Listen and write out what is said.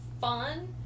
fun